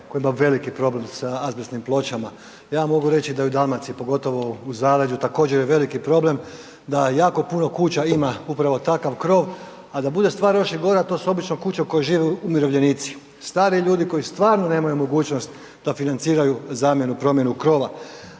koja ima veliki problem sa azbestnim pločama, ja mogu reći da i u Dalmaciji, pogotovo u zaleđu također je veliki problem da jako puno kuća ima upravo takav krov a da bude stvar još i gora to su obično kuće u kojima žive umirovljenici, stari ljudi koji stvarno nemaju mogućnost da financiraju zamjenu, promjenu krova.